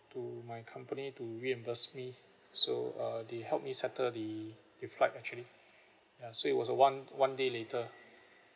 to my company to reimburse me so uh they helped me settle the the flight actually ya so it was a one one day later